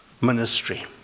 ministry